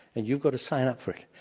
and you've got to sign up for it.